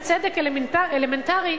בצדק אלמנטרי,